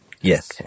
Yes